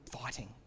fighting